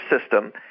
system